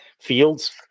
Fields